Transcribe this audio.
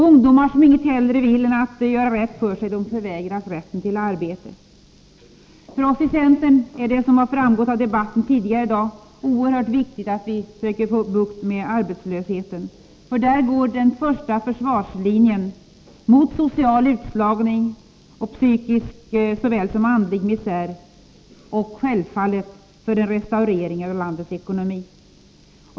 Ungdomar som inget hellre vill än att göra rätt för sig förvägras rätten till arbete. För oss i centern är därför, som framgått av debatten tidigare här i dag, arbetet med att få bukt med arbetslösheten en av de allra viktigaste uppgifterna. Där går den första försvarslinjen mot social utslagning och psykisk såväl som andlig misär liksom för en restaurering av landets ekonomi.